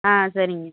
ஆ சரிங்க